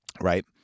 right